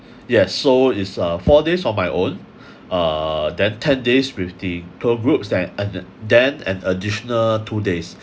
yes so is uh four days on my own uh then ten days with the tour group then and then an additional two days